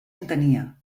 entenia